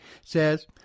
says